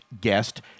guest